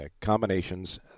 combinations